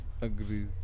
agrees